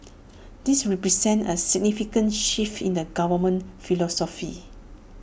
this represents A significant shift in the government's philosophy